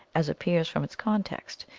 as appears from its context,